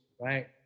Right